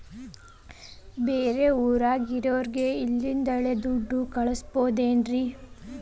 ಬೇರೆ ಊರಾಗಿರೋರಿಗೆ ಇಲ್ಲಿಂದಲೇ ದುಡ್ಡು ಕಳಿಸ್ಬೋದೇನ್ರಿ?